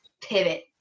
pivot